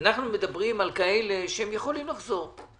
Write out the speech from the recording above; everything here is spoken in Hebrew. אנחנו מדברים על כאלה שיכולים לחזור.